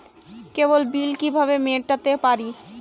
কেবল bill কিভাবে মেটাতে পারি?